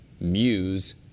Muse